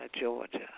Georgia